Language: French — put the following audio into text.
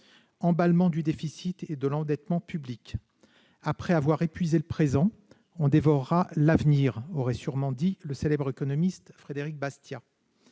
un emballement du déficit et de l'endettement publics. Ainsi, après avoir épuisé le présent, on dévorera l'avenir, aurait sûrement dit le célèbre économiste Frédéric Bastiat.